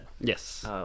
Yes